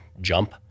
jump